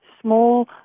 small